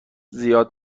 زیاد